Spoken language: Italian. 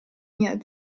mia